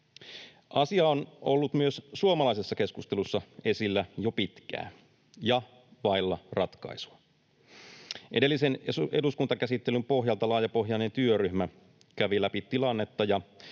Asia on ollut myös suomalaisessa keskustelussa esillä jo pitkään ja vailla ratkaisua. Edellisen eduskuntakäsittelyn pohjalta laajapohjainen työryhmä kävi läpi tilannetta, ja